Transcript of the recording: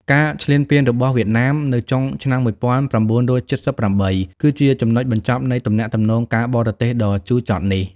ការឈ្លានពានរបស់វៀតណាមនៅចុងឆ្នាំ១៩៧៨ គឺជាចំណុចបញ្ចប់នៃទំនាក់ទំនងការបរទេសដ៏ជូរចត់នេះ។